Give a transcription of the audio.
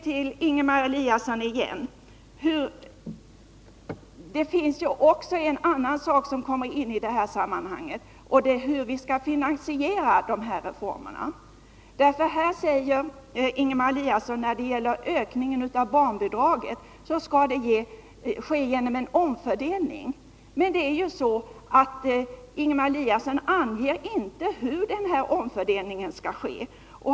Till Ingemar Eliasson vill jag också säga att även en annan sak kommer in i det här sammanhanget, och det är hur vi skall finansiera de här reformerna. Ingemar Eliasson säger att ökningen av barnbidraget skall ske genom en omfördelning. Men Ingemar Eliasson anger inte hur den omfördelningen skall ske.